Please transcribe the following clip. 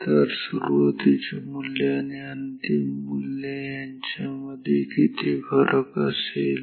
तर सुरुवातीचे मूल्य आणि अंतिम मूल्य याच्या मध्ये फरक किती असेल